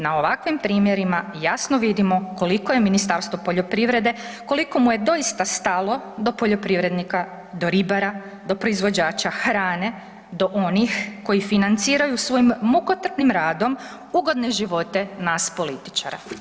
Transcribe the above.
Na ovakvim primjerima jasno vidimo koliko je Ministarstvo poljoprivrede, koliko mu je doista stalo do poljoprivrednika, do ribara, do proizvođača hrane, do onih koji financiraju svojim mukotrpnim radom ugodne živote nas političara.